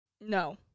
No